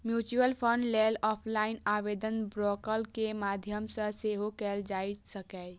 mutual fund लेल offline आवेदन broker के माध्यम सं सेहो कैल जा सकैए